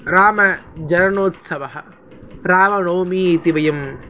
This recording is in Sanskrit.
ग्रामजीर्णोत्सवः रामनवमी इति वयम्